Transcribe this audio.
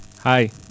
Hi